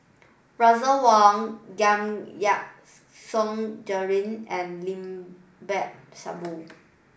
Russel Wong Giam Yean Song Gerald and Limat Sabtu